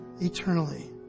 eternally